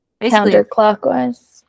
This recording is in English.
counterclockwise